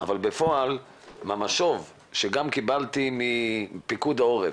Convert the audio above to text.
אבל בפועל, המשוב שגם קיבלתי מפיקוד העורף,